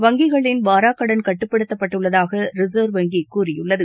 வங்கிகளின் வாராக்கடன் கட்டுப்படுத்தப்பட்டுள்ளதாக ரிசா்வ் வங்கி கூறியுள்ளது